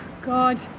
God